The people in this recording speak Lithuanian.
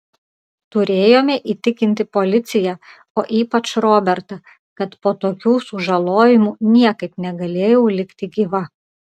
turėjome įtikinti policiją o ypač robertą kad po tokių sužalojimų niekaip negalėjau likti gyva